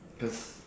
cause